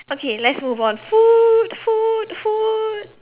okay let's move on food food food